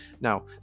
now